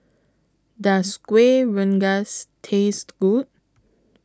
Does Kuih Rengas Taste Good